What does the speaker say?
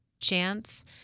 chance